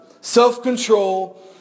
Self-control